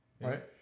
Right